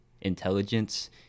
intelligence